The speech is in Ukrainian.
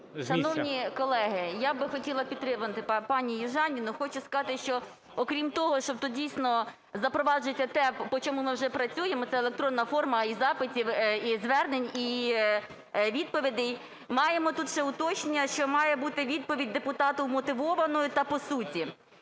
Шановні колеги, я би хотіла підтримати пані Южаніну. Хочу сказати, що, окрім того, що дійсно, запроваджується те, по чому ми вже працюємо, і це електронна форма і запитів, і звернень, і відповідей, маємо тут ще уточнення, що має бути відповідь депутату вмотивованою та по суті.